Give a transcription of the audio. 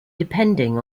depending